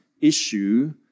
issue